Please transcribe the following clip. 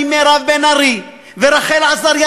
מירב בן ארי ורחל עזריה,